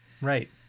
Right